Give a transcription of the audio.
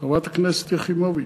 חברת הכנסת יחימוביץ?